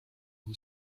who